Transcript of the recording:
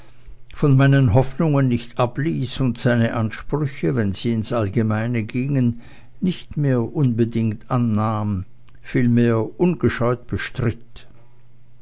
von meinen hoffnungen nicht abließ und seine aussprüche wenn sie ins allgemeine gingen nicht mehr unbedingt annahm vielmehr ungescheut bestritt